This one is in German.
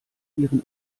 ihren